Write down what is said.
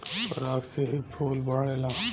पराग से ही फूल बढ़ेला